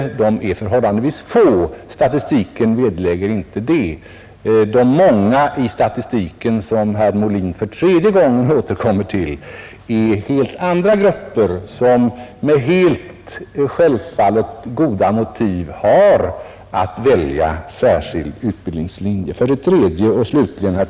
Dessa studenter är förhållandevis få; statistiken vederlägger inte det påståendet. ”De många” i statistiken som herr Molin för tredje gången återkommer till är helt andra grupper vilka — självfallet med goda motiv — har att välja särskild utbildningslinje.